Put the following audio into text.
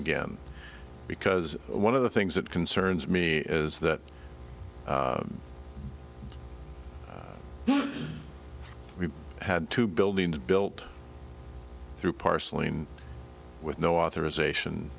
again because one of the things that concerns me is that we've had two buildings built through parceling with no authorization